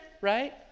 right